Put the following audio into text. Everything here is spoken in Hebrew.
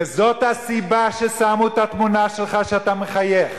וזאת הסיבה ששמו את התמונה שלך שאתה מחייך.